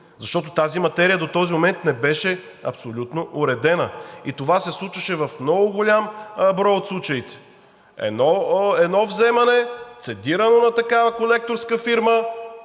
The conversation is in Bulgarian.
суми. Тази материя до този момент не беше абсолютно уредена и това се случваше в много голям брой от случаите. Едно вземане – цедирано на такава колекторска фирма